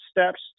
Steps